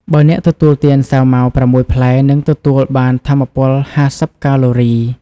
បើអ្នកទទួលទានសាវម៉ាវ ៦ផ្លែ និងទទួលបានថាមពល ៥០កាឡូរី ។